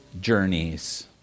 journeys